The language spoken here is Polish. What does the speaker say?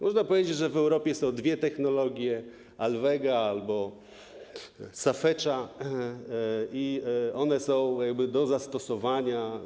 Można powiedzieć, że w Europie są dwie technologie: Alwega albo SAFEGE’a i one są do zastosowania.